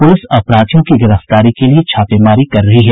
police अपराधियों की गिरफ्तारी के लिए छापेमारी कर रही है